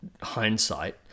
hindsight